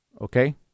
Okay